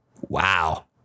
Wow